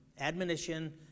admonition